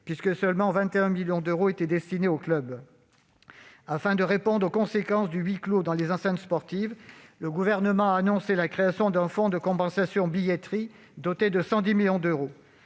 puisque seulement 21 millions d'euros étaient destinés aux clubs. Afin de répondre aux conséquences du huis clos dans les enceintes sportives, le Gouvernement a annoncé la création d'un fonds de compensation des pertes de billetterie, doté de 110 millions d'euros.